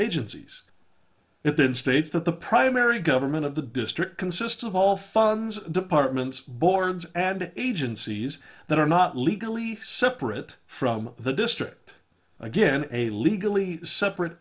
agencies it did states that the primary government of the district consists of all funds departments boards ad agencies that are not legally separate from the district again a legally separate